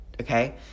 okay